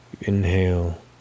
inhale